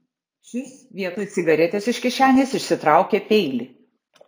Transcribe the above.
šis vietoj cigaretės iš kišenės išsitraukė peilį